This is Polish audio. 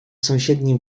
sąsiednim